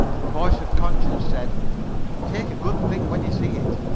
the voice of conscience said take a good thing when you see it.